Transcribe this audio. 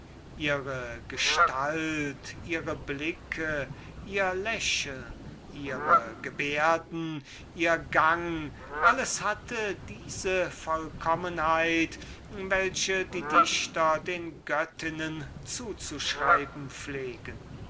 ihre gestalt ihre blicke ihr lächeln ihre gebärden ihr gang alles hatte diese vollkommenheit welche die dichter den göttinnen zuzuschreiben pflegen